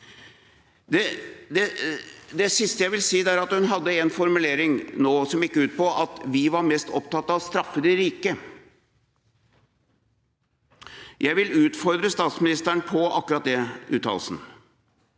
Det siste jeg vil si, er at hun nå hadde en formulering som gikk ut på at vi var mest opptatt av å straffe de rike. Jeg vil utfordre statsministeren på akkurat den uttalelsen.